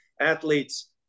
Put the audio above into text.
Athletes